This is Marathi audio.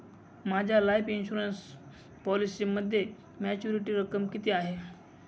माझ्या लाईफ इन्शुरन्स पॉलिसीमध्ये मॅच्युरिटी रक्कम किती आहे?